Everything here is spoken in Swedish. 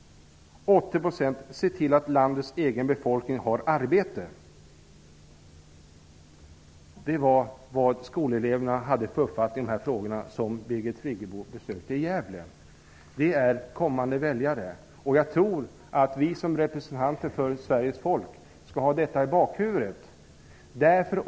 80 % anser att först skall landets egna befolkning ha arbete. Detta var de skolelevers uppfattning i dessa frågor som Birgit Friggebo besökte i Gävle. De är framtida väljare. Jag tror att vi som representanter för Sveriges folk skall ha detta i bakhuvudet.